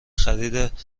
خرید